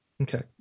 Okay